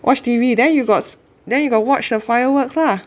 watch T_V then you got then you got watch the fireworks lah